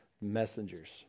messengers